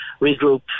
regroup